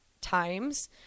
times